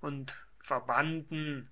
und verbanden